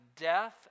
death